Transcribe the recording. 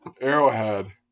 Arrowhead